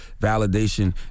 validation